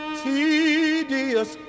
tedious